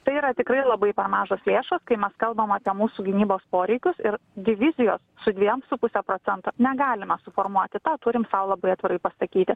tai yra tikrai labai per mažos lėšos kai mes kalbam apie mūsų gynybos poreikius ir divizijos su dviem su puse procento negalime suformuoti tą turim sau labai atvirai pasakyti